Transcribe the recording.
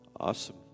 Awesome